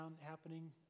happening